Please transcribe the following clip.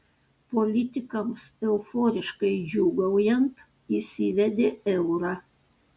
politikams euforiškai džiūgaujant įsivedė eurą